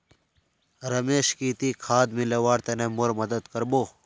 रमेश की ती खाद मिलव्वार तने मोर मदद कर बो